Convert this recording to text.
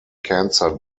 cancer